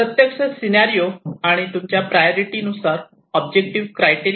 प्रत्यक्ष सिनारिओ आणि तुमच्या प्रायोरिटी नुसार ऑब्जेक्टिव्ह क्रायटेरिया वेगवेगळे असू शकतो